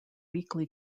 weekly